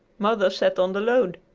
mother sat on the load.